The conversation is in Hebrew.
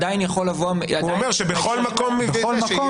עדיין יכול לבוא --- בכל מקום צריך